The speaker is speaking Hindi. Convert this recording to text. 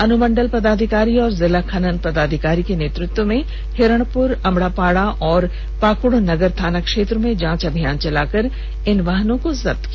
अनुमंडल पदाधिकारी और जिला खनन पदाधिकारी के नेतृत्व में हिरणपुर अमड़ापाड़ा और पाकुड़ नगर थाना क्षेत्र में जांच अभियान चलाकर इन वाहनों को जब्त किया गया